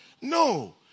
No